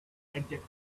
adjectives